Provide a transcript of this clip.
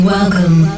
Welcome